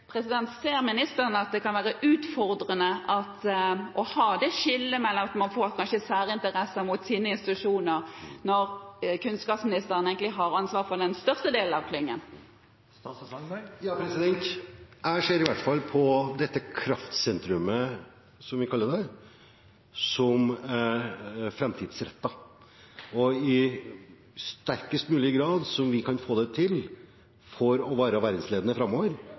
kan være utfordrende å ha det skillet, at man kanskje får særinteresser mot sine institusjoner, når kunnskapsministeren egentlig har ansvaret for den største delen av klyngen? Jeg ser i hvert fall på dette kraftsentrumet, som vi kaller det, som framtidsrettet. Vi skal i størst mulig grad, så godt som vi kan få det til, være verdensledende framover,